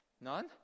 None